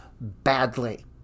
badly